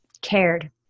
cared